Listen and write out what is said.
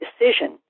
decision